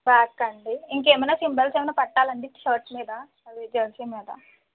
బ్యాకా అండి ఇంకేమైనా సింబల్స్ ఏవైనా పెట్టాలా అండి షర్ట్ మీద అదే జెర్సీ మీద